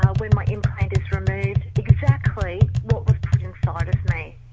ah when my implant is removed, exactly what was put inside of me.